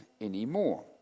anymore